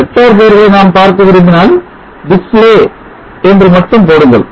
vector பெயர்களை நாம் பார்க்க விரும்பினால் 'டிஸ்ப்ளே' display என்று மட்டும் போடுங்கள்